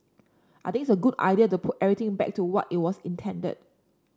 I think it's a good idea to put everything back to what it was intended